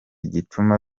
gituma